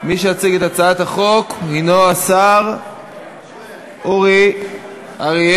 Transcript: מי שיציג את הצעת החוק הנו השר אורי אריאל.